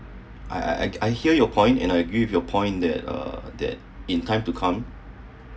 I I I hear your point and I agree with your point that uh that in time to come